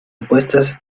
apuestas